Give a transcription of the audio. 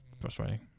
frustrating